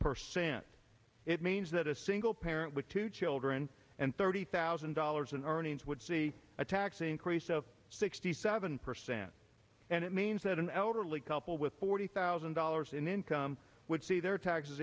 percent it means that a single parent with two children and thirty thousand dollars in earnings would see a tax increase of sixty seven percent and it means that an elderly couple with forty thousand dollars in income would see their taxes